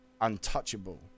untouchable